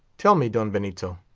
tell me, don benito,